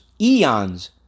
eons